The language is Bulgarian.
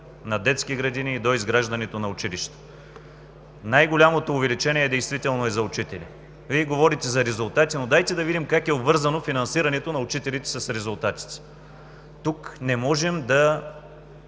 на детски градини, доизграждането на училища. Най-голямото увеличение действително е за учителите. Вие говорите за резултати, но дайте да видим как е обвързано финансирането на учителите с резултатите. Тук не можем да